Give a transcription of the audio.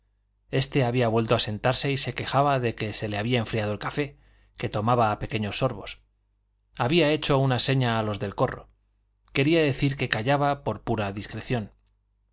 este había vuelto a sentarse y se quejaba de que se le había enfriado el café que tomaba a pequeños sorbos había hecho una seña a los del corro quería decir que callaba por pura discreción don